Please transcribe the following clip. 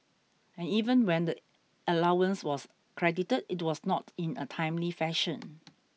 and even when the allowance was credited it was not in a timely fashion